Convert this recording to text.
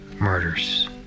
murders